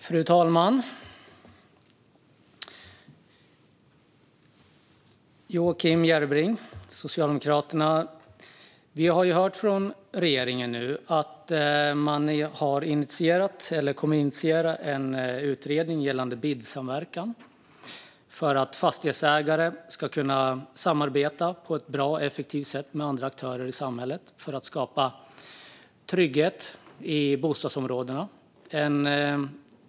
Fru talman! Vi har hört från regeringen att man kommer att initiera en utredning gällande BID-samverkan för att fastighetsägare på ett bra och effektivt sätt ska kunna samarbeta med andra aktörer i samhället för att skapa trygghet i bostadsområdena.